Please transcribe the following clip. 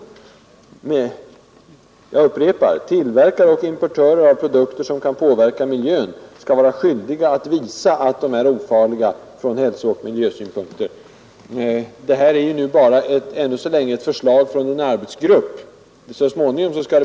Jag upprepar vad jag förut citerade ur det papperet: ”Tillverkare och importörer av produkter, som kan påverka miljön, skall vara skyldiga att visa att de är ofarliga från hälsooch miljösynpunkter.” Det här är ju ännu så länge bara ett förslag från en arbetsgrupp.